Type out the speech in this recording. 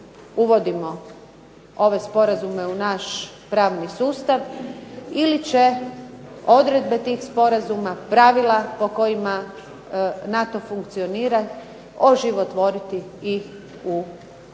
uvodimo ove sporazume u naš pravni sustav ili će odredbe tih sporazuma, pravila po kojima NATO funkcionira oživotvoriti ih u našem,